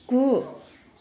गु